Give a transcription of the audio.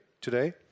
today